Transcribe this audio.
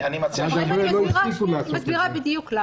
אני מסבירה בדיוק למה.